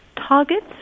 targets